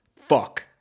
Fuck